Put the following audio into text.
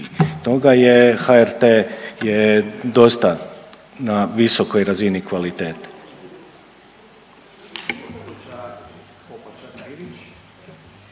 toga je HRT je dosta na visokoj razini kvalitete.